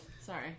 Sorry